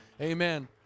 Amen